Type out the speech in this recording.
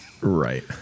Right